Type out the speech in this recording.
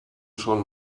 schon